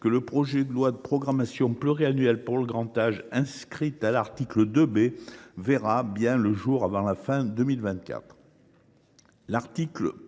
que le projet de loi de programmation pluriannuelle pour le grand âge inscrit à l’article 2 B verra le jour avant la fin de l’année.